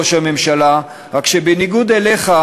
בכמה הזדמנויות ראש הממשלה טען כנגדנו,